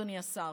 אדוני השר,